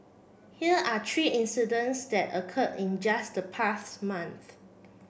here are three incidents that occurred in just the past month